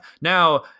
Now